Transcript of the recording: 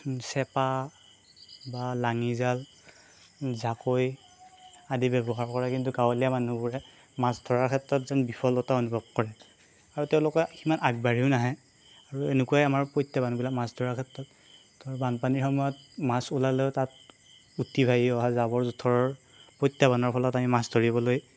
চেপা বা লাঙি জাল জাকৈ আদি ব্যৱহাৰ কৰে কিন্তু গাঁৱলীয়া মানুহবোৰে মাছ ধৰাৰ ক্ষেত্ৰত যেন বিফলতা অনুভৱ কৰে আৰু তেওঁলোকে সিমান আগবাঢ়িও নাহে আৰু এনেকুৱাই আমাৰ প্ৰত্যাহ্বানবিলাক মাছ ধৰাৰ ক্ষেত্ৰত ধৰ বানপানীৰ সময়ত মাছ ওলালেও তাত উটি ভাঁহি অহা জাবৰ জোঁথৰৰ প্ৰত্যাহ্বানৰ ফলত আমি মাছ ধৰিবলৈ